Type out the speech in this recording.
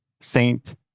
Saint